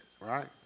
right